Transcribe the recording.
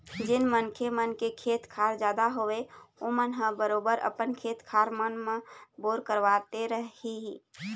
जेन मनखे मन के खेत खार जादा हवय ओमन ह बरोबर अपन खेत खार मन म बोर करवाथे ही